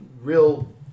real